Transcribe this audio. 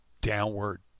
downward